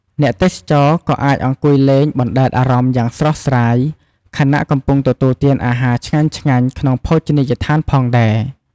អ្នកទេសចរក៏អាចអង្គុយលេងបណ្ដែតអារម្មណ៍យ៉ាងស្រស់ស្រាយ ខណៈកំពុងទទួលទានអាហារឆ្ងាញ់ៗក្នុងភោជនីយដ្ឋានផងដែរ។